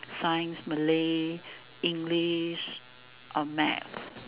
science Malay English um math